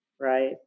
right